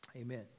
Amen